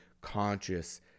conscious